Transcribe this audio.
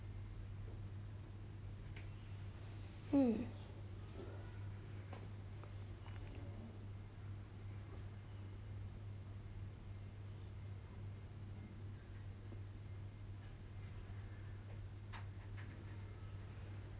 hmm